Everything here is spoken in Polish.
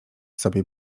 sobie